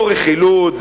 זו רכילות,